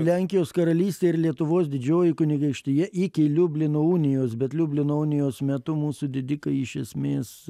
lenkijos karalystė ir lietuvos didžioji kunigaikštija iki liublino unijos bet liublino unijos metu mūsų didikai iš esmės